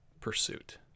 pursuit